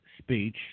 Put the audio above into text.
speech